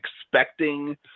expecting